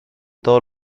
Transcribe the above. todos